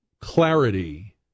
clarity